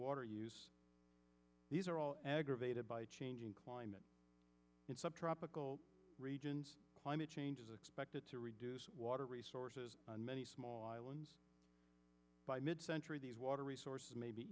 water use these are all aggravated by changing climate in some tropical regions climate change is expected to reduce water resources on many small islands by mid century these water resources may be